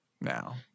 now